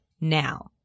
now